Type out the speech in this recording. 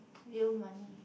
real money